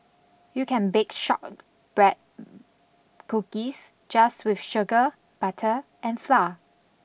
you can bake shortbread cookies just with sugar butter and flour